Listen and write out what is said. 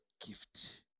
gift